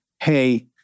hey